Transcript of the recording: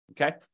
okay